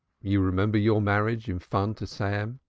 you remember your marriage in fun to sam?